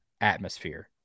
atmosphere